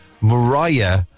Mariah